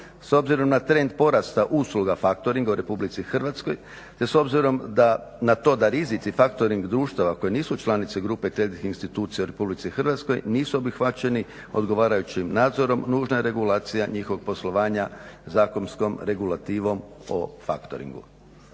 S obzirom na trend porasta usluga factoringa u RH te s obzirom na to da rizici factoring društava koje nisu članice grupe … institucija u RH nisu obuhvaćeni odgovarajućim nadzorom nužna je regulacija njihovog poslovanja zakonskom regulativom o factoringu.